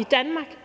i Danmark